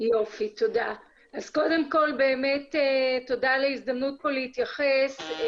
כל באמת תודה על ההזדמנות להתייחס פה.